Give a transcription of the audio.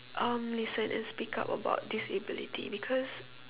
um listen and speak out about disability because